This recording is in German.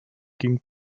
ging